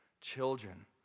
children